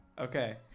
Okay